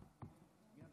אדוני